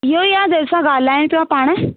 इहो ई आहे जंहिंसां ॻाल्हायूं पिया पाण